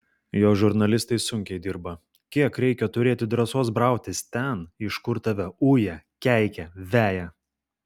jos žurnalistai sunkiai dirba kiek reikia turėti drąsos brautis ten iš kur tave uja keikia veja